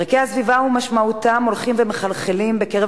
ערכי הסביבה ומשמעותם הולכים ומחלחלים בקרב